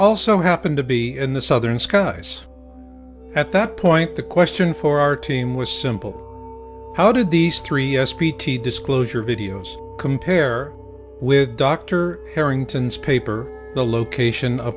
also happened to be in the southern skies at that point the question for our team was simple how did these three s p t disclosure videos compare with dr harrington's paper the location